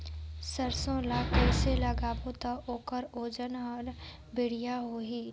सरसो ला कइसे लगाबो ता ओकर ओजन हर बेडिया होही?